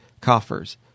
coffers